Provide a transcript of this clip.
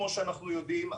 כמו שאנחנו יודעים,